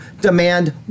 demand